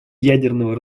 ядерного